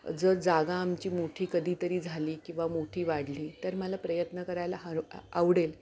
जर जागा आमची मोठी कधीतरी झाली किंवा मोठी वाढली तर मला प्रयत्न करायला हर आवडेल